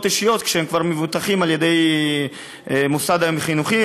אישיות כשהם כבר מבוטחים על-ידי מוסד חינוכי,